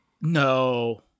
No